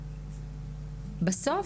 בסוף,